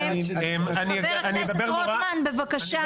חבר הכנסת רוטמן, בבקשה.